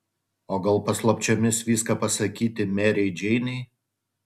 o gal paslapčiomis viską pasakyti merei džeinei